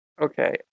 Okay